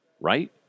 Right